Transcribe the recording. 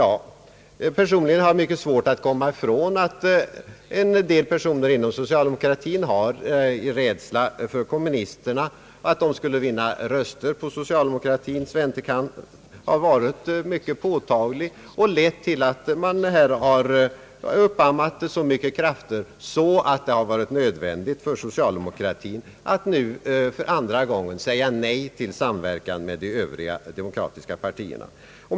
Personligen har jag mycket svårt att komma ifrån att en del personer inom socialdemokratin varit rädda för att kommunisterna skulle vinna röster på socialdemokratins vänsterkant, något som lett till att dessa krafter gjort sig gällande i så hög grad att det varit nödvändigt för socialdemokratin att nu för andra gången säga nej till en samverkan med de övriga demokratiska partierna.